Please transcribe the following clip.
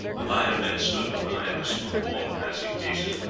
a line of men stood behind the smooth wall of massive cases,